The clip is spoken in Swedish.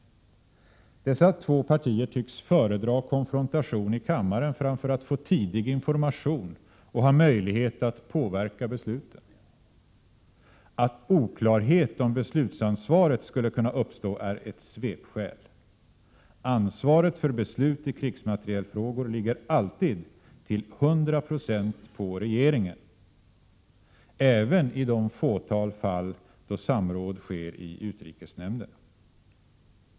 Dessa två partier tycks föredra konfrontation i kammaren framför att få tidig information och att ha möjlighet att påverka besluten. Att oklarhet om beslutsansvaret skulle kunna uppstå är ett svepskäl. Ansvaret för beslut i krigsmaterielfrågor ligger alltid till hundra procent på regeringen, även i det fåtal fall där samråd sker i utrikesnämnden.